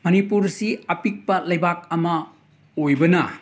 ꯃꯅꯤꯄꯨꯔꯁꯤ ꯑꯄꯤꯛꯄ ꯂꯩꯕꯥꯛ ꯑꯃ ꯑꯣꯏꯕꯅ